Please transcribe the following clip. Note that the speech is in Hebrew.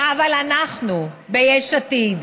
אבל אנחנו ביש עתיד,